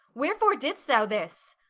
wherefore didst thou this?